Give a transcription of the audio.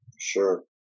Sure